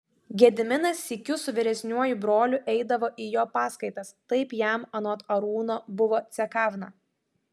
gediminas sykiu su vyresniuoju broliu eidavo į jo paskaitas taip jam anot arūno buvo cekavna